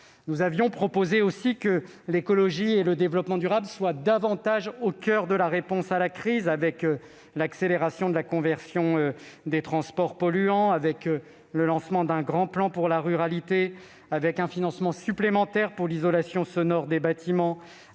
Nous souhaitions enfin que l'écologie et le développement durable soient davantage au coeur de la réponse à la crise, avec l'accélération de la conversion des transports polluants, le lancement d'un grand plan pour la ruralité, un financement supplémentaire pour l'isolation sonore des bâtiments